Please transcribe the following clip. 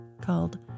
called